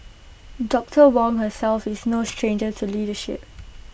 doctor Wong herself is no stranger to leadership